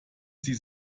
sie